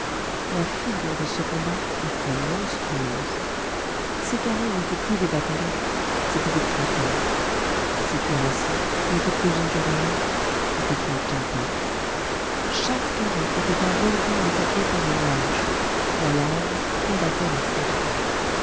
la figure de ce combat était monstrueuse ces carrés n'étaient plus des bataillons c'étaient des cratères ces cuirassiers n'étaient plus une cavalerie c'était une tempête chaque carré était un volcan attaqué par un nuage la lave combattait la foudre